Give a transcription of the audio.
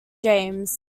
james